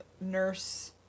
nurse